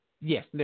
Yes